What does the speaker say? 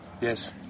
Yes